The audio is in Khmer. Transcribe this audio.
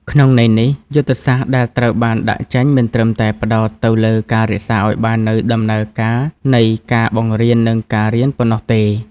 ក្នុងន័យនេះ យុទ្ធសាស្ត្រដែលត្រូវបានដាក់ចេញមិនត្រឹមតែផ្តោតទៅលើការរក្សាឱ្យបាននូវដំណើរការនៃការបង្រៀន និងការរៀនប៉ុណ្ណោះទេ។